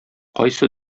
кайсы